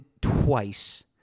twice—